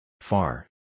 Far